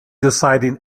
deciding